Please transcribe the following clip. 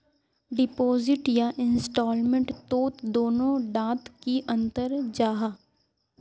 Deposit या investment तोत दोनों डात की अंतर जाहा?